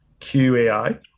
QAI